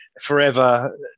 forever